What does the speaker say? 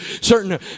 Certain